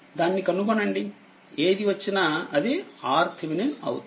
దాన్ని కనుగొనండి ఏది వచ్చినా అది RThevenin అవుతుంది